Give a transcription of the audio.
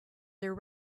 their